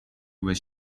was